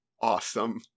Awesome